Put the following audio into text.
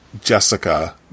Jessica